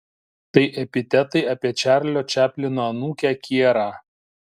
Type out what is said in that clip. tai epitetai apie čarlio čaplino anūkę kierą